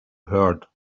hurt